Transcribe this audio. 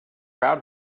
proud